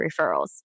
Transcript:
referrals